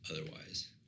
otherwise